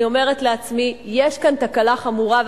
אני אומרת לעצמי: יש כאן תקלה חמורה.